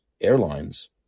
airlines